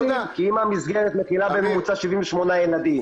כי אם המסגרת מפעילה בממוצע 78 ילדים,